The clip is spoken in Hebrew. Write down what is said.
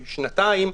לשנתיים,